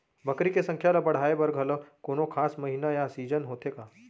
बकरी के संख्या ला बढ़ाए बर घलव कोनो खास महीना या सीजन होथे का?